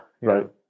right